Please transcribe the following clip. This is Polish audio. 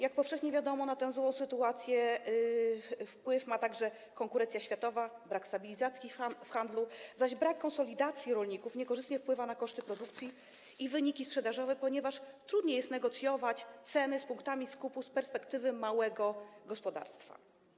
Jak powszechnie wiadomo, na tę złą sytuację wpływ ma także konkurencja światowa, brak stabilizacji w handlu, zaś brak konsolidacji rolników niekorzystnie wpływa na koszty produkcji i wyniki sprzedażowe, ponieważ trudniej jest negocjować ceny z punktami skupu z perspektywy małego gospodarstwa.